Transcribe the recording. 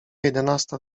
jedenasta